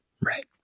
Right